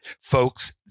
Folks